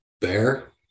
bear